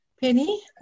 Penny